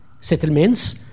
settlements